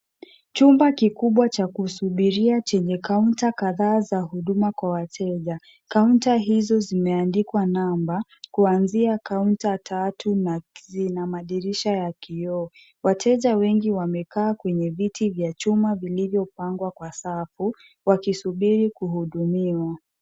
Chumba kikubwa cha kusubiria chenye kaunta kadhaa za huduma kwa wateja. Kaunta hizo zimeandikwa namba kuanzia kaunta tatu na zina madirisha ya kioo. Wateja wengi wamekaa kwenye viti vya chuma vilivyopangwa kwa safu wakisubiri kuhudumiwa.